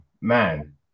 man